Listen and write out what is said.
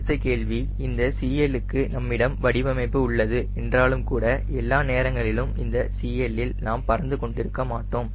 அடுத்த கேள்வி இந்த CL க்கு நம்மிடம் வடிவமைப்பு உள்ளது என்றாலும்கூட எல்லா நேரங்களிலும் இந்த CL இல் நாம் பறந்து கொண்டிருக்க மாட்டோம்